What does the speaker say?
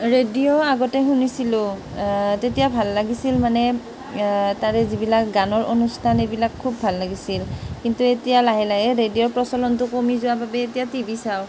radio আগতে শুনিছিলোঁ তেতিয়া ভাল লাগিছিল মানে তাৰে যিবিলাক গানৰ অনুষ্ঠান সেইবিলাক খুব ভাল লাগিছিল কিন্তু এতিয়া লাহে লাহে ৰেডিঅ'ৰ প্ৰচলনটো কমি যোৱাৰ বাবে এতিয়া টি ভি চাওঁ